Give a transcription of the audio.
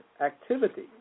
activity